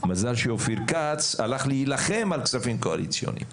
מזל שאופיר כץ הלך להילחם על כספים קואליציוניים.